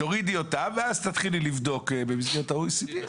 ואז תתחילי לבדוק במסגרת ה-OECD.